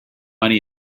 money